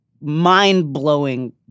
mind-blowing